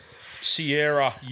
Sierra